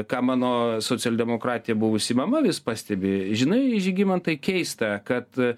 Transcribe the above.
ką mano socialdemokratė buvusi mama vis pastebi žinai žygimantai keista kad